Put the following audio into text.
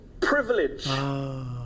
Privilege